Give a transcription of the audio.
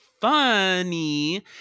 funny